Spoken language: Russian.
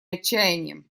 отчаянием